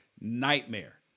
nightmare